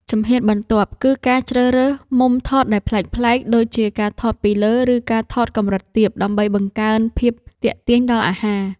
ជំហានបន្ទាប់ គឺការជ្រើសរើសមុំថតដែលប្លែកៗ ដូចជាការថតពីលើ ឬការថតកម្រិតទាប ដើម្បីបង្កើនភាពទាក់ទាញដល់អាហារ។